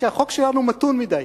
שהחוק שלנו מתון מדי.